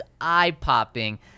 eye-popping